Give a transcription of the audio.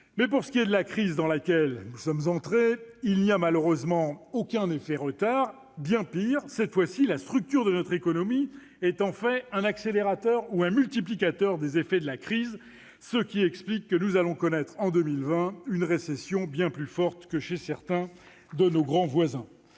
Mais, pour ce qui est de la crise dans laquelle nous sommes entrés, il n'y a malheureusement aucun effet retard. Bien pire, la structure de notre économie est en fait un accélérateur ou un multiplicateur des effets de la crise, ce qui explique que nous allons connaître en 2020 une récession bien plus forte que chez certains de nos grands voisins.